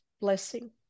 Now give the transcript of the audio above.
blessing